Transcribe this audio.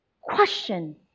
question